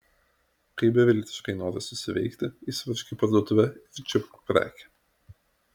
kai beviltiškai nori susiveikti įsiveržk į parduotuvę ir čiupk prekę